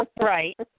Right